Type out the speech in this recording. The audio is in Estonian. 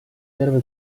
terve